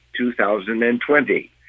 2020